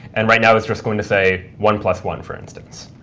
and right now it's just going to say, one plus one, for instance.